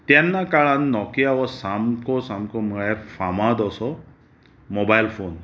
तेन्ना काळान नोकिया हो सामको सामको म्हळ्यार फामाद असो मोबायल फोन